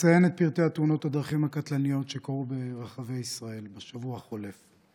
אציין את פרטי תאונות הדרכים הקטלניות שקרו ברחבי ישראל בשבוע החולף.